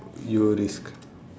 you risk